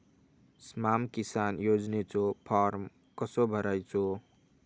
स्माम किसान योजनेचो फॉर्म कसो भरायचो?